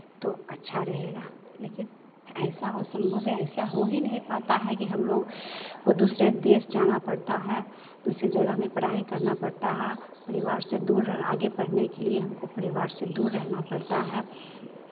तो अच्छा रहेगा लेकिन ऐसा असंभव है ऐसा हो ही नहीं पाता कि हमलोग को दूसरे के देश जाना पड़ता है दूसरे जगह में पढ़ाई करना पड़ता है परिवार से दूर आगे पढ़ने के लिये हमको परिवार से दूर रहना पड़ता है